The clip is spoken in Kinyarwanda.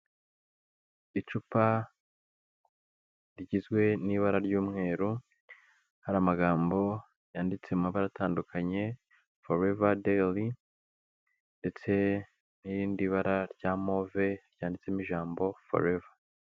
Icupa rigizwe n'ibara ry'umweru, hari amagambo yanditse amabara atandukanye, forever daily, ndetse n'irindi bara rya move ryanditsemo ijambo forever.